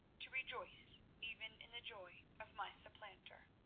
to rejoice even in the joy of my supplanter.